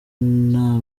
nta